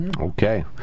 Okay